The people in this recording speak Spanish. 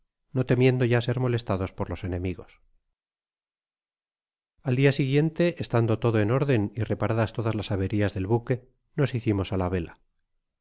no temiendo ya ser molestados por los enemigos al siguiente dia estando todo en órdén y reparadas todas las averias del buque tifis hisimos á la vela hn